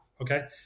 Okay